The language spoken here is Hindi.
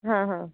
हाँ हाँ